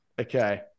okay